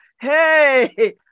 Hey